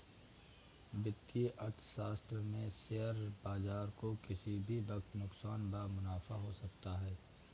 वित्तीय अर्थशास्त्र में शेयर बाजार को किसी भी वक्त नुकसान व मुनाफ़ा हो सकता है